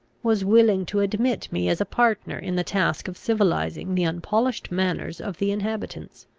was willing to admit me as a partner in the task of civilising the unpolished manners of the inhabitants.